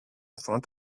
front